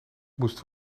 moesten